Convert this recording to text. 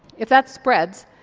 if that spreads,